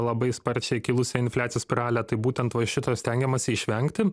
labai sparčiai kilusią infliacijos spiralę tai būtent va šito stengiamasi išvengti